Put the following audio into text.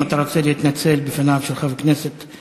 אם אתה רוצה להתנצל בפניו של חבר הכנסת